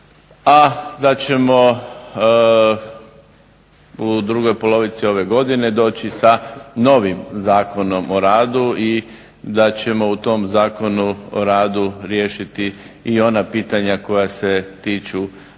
a da ćemo u drugoj polovici ove godine doći sa novim Zakonom o radu i da ćemo u tom Zakonu o radu riješiti i ona pitanja koja se tiču